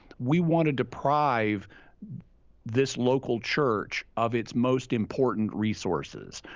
we want to deprive this local church of its most important resources.